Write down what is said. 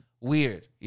weird